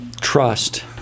trust